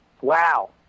Wow